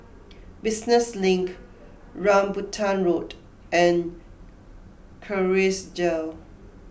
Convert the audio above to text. Business Link Rambutan Road and Kerrisdale